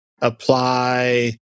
apply